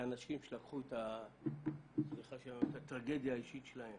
לאנשים שלקחו את הטרגדיה האישית שלהם